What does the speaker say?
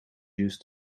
used